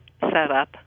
setup